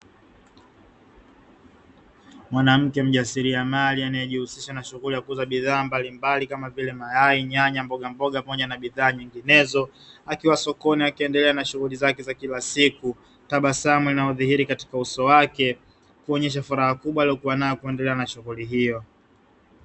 Mwanamke mjasiliamari anayejihusisha na shughuli ya kuuza bidhaa mbalimbali kama vile nyanya, mayai, mbogamboga pamoja na bidhaa nyinginezo akiwa sokoni akiendelea na shughuli zake za kila siku. tabasamu inayodhihiri katika uso wake kuonyesha furaha kubwa aliyokuwa nayo kuendelea na shughuli hiyo.